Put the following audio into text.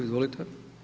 Izvolite.